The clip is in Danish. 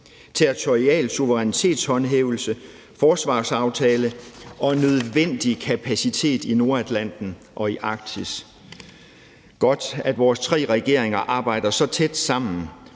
territorial suverænitetshåndhævelse, forsvarsaftale og nødvendige kapacitet i Nordatlanten og i Arktis var det. Godt, at vores tre regeringer arbejder så tæt sammen,